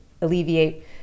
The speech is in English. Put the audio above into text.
alleviate